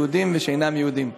יהודים ושאינם יהודים,